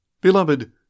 Beloved